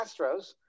Astros